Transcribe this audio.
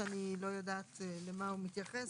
שאני לא יודעת למה הוא מתייחס,